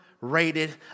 rated